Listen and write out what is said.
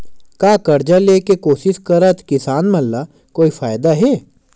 का कर्जा ले के कोशिश करात किसान मन ला कोई फायदा हे?